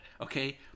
Okay